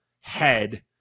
head